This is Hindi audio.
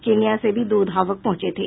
केन्या से भी दो धावक पहुंचे थे